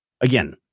again